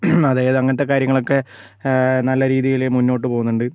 അതായത് അങ്ങനത്തെ കാര്യങ്ങളൊക്കെ നല്ല രീതിയിൽ മുൻപോട്ട് പോകുന്നുണ്ട്